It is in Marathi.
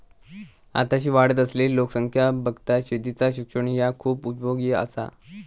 आताशी वाढत असलली लोकसंख्या बघता शेतीचा शिक्षण ह्या खूप उपयोगी आसा